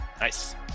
Nice